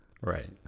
Right